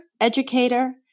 educator